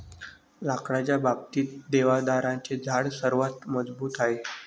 लाकडाच्या बाबतीत, देवदाराचे झाड सर्वात मजबूत आहे